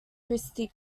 christi